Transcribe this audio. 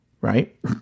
right